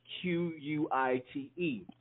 q-u-i-t-e